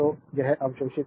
तो यह अवशोषित